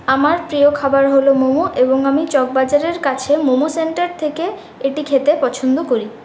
আমার প্রিয় খাবার হল মোমো এবং আমি চকবাজারের কাছে মোমো সেন্টার থেকে এটি খেতে পছন্দ করি